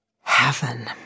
Heaven